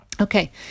Okay